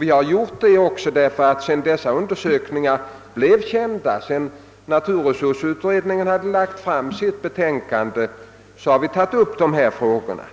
Vi har också gjort det. Sedan resultaten av dessa undersökningar blev kända och sedan naturresursutredningen lagt fram sitt betänkande har vi gått vidare med dessa frågor.